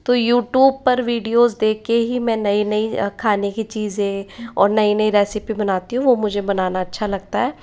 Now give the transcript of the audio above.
तो यूट्यूब पर वीडियोज़ देख के ही मैं नई नई खाने की चीज़ें और नई नई रेसिपी बनाती हूँ वो मुझे बनाना अच्छा लगता है